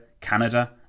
Canada